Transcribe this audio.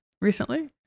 recently